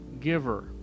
giver